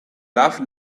love